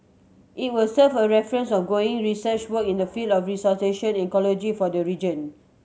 it will serve a reference ongoing research work in the field of restoration ecology for the region